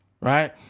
right